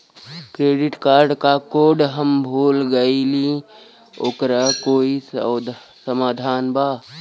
Credit card क code हम भूल गइली ओकर कोई समाधान बा?